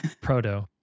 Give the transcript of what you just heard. Proto